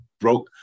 broke